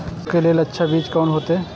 सरसों के लेल अच्छा बीज कोन होते?